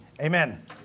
Amen